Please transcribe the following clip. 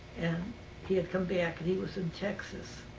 and he had come back and he was in texas.